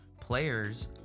players